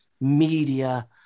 media